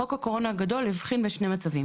חוק הקורונה הגדול הבחין בין שני מצבים